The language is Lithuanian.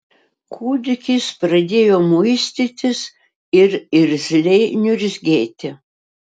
kūdikis pradėjo muistytis ir irzliai niurzgėti